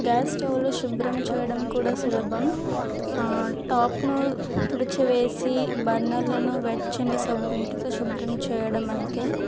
gas స్టవ్వులు శుభ్రం చేయడం కూడ సులభం టాపును తుడిచివేసి బర్నర్లను వెచ్చని సబ్బు నీటితో శుభ్రం చేయడం అంతే